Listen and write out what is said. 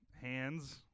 hands